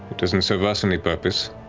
it doesn't serve us any purpose.